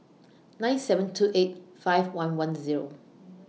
nine seven two eight five one one Zero